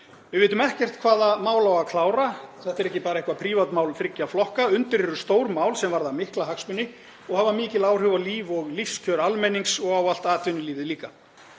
Við vitum ekkert hvaða mál á að klára. Þetta er ekki bara eitthvert prívatmál þriggja flokka, undir eru stór mál sem varða mikla hagsmuni og hafa mikil áhrif á líf og lífskjör almennings og á allt atvinnulífið líka.